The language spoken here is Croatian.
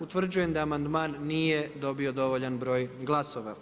Utvrđujem da amandman nije dobio dovoljan broj glasova.